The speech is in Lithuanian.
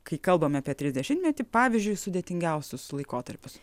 kai kalbame apie trisdešimtmetį pavyzdžiui sudėtingiausius laikotarpius